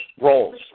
roles